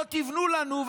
או תבנו לנו,